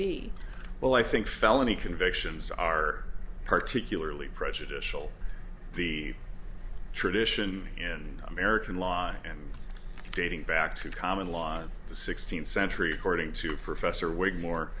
be well i think felony convictions are particularly prejudicial the tradition in american law and dating back to common law in the sixteenth century according to professor waite more